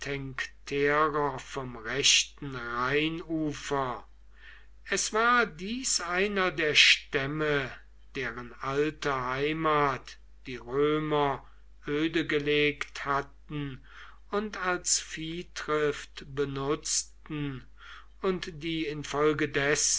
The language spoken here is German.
vom rechten rheinufer es war dies einer der stämme deren alte heimat die römer ödegelegt hatten und als viehtrift benutzten und die